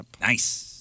Nice